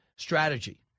strategy